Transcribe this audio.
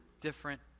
different